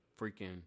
freaking